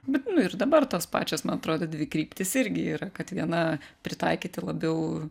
bet nu ir dabar tos pačios man atrodo dvi kryptis irgi yra kad viena pritaikyti labiau